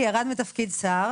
מתפקיד שר